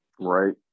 Right